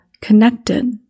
connected